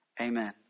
Amen